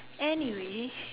anyway